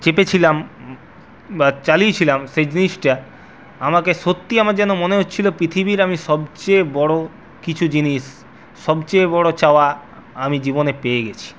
চেপেছিলাম বা চালিয়েছিলাম সে জিনিসটা আমাকে সত্যি আমার যেন মনে হচ্ছিলো পৃথিবীর আমি সবচেয়ে বড়ো কিছু জিনিস সবচেয়ে বড়ো চাওয়া আমি জীবনে পেয়ে গেছি